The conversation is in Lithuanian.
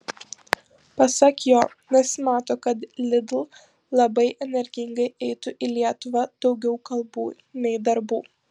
pasak jo nesimato kad lidl labai energingai eitų į lietuvą daugiau kalbų nei darbų